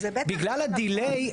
בגלל ה-delay.